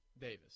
Davis